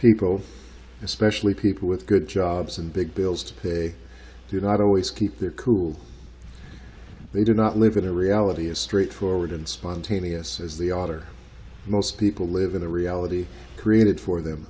people especially people with good jobs and big bills to pay do not always keep their cool they do not live in a reality is straightforward and spontaneous is the author most people live in the reality created for them